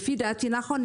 לפי דעתי נכון,